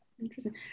interesting